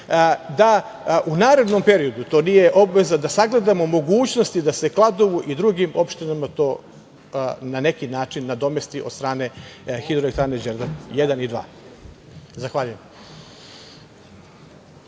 da u narednom periodu, to nije obaveza, da sagledamo mogućnosti da se Kladovu i drugim opštinama to na neki način nadomesti od strane Hidroelektrane Đerdap I i II.Zahvaljujem.